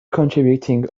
contributing